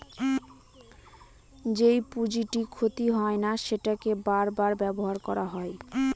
যেই পুঁজিটি ক্ষতি হয় না সেটাকে বার বার ব্যবহার করা হয়